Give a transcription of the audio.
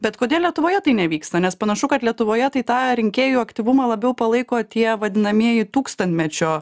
bet kodėl lietuvoje tai nevyksta nes panašu kad lietuvoje tai tą rinkėjų aktyvumą labiau palaiko tie vadinamieji tūkstantmečio